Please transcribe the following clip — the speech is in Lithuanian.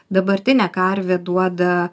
dabartinė karvė duoda